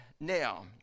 now